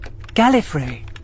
Gallifrey